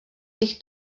bych